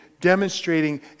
Demonstrating